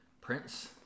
Prince